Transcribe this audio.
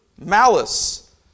Malice